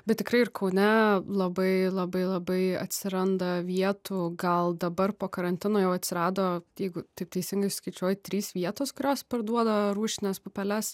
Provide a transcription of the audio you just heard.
bet tikrai ir kaune labai labai labai atsiranda vietų gal dabar po karantino jau atsirado jeigu taip teisingai skaičiuoju trys vietos kurios parduoda rūšines pupeles